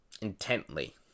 intently